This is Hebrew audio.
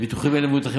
בביטוחים אלו מבוטחים,